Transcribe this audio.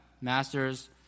masters